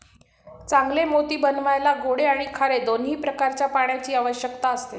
चांगले मोती बनवायला गोडे आणि खारे दोन्ही प्रकारच्या पाण्याची आवश्यकता असते